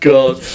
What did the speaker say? God